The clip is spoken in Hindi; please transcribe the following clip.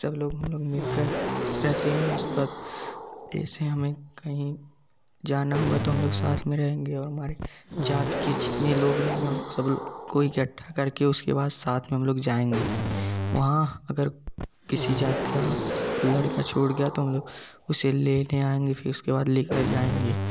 सब लोग हम लोग मिलकर रहते हैं उसके बाद ऐसे हमें कहीं जाना हुआ तो हम लोग साथ में रहेंगे और हमारे जात के जितने लोग रहेंगे उन लोग सब लोग को इकठ्ठा करके उसके बाद साथ में हम लोग जाएंगे वहाँ अगर किसी जात का लड़का छोड़ गया तो हम लोग उसे लेने आएंगे फिर उसके बाद लेकर जाएंगे